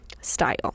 style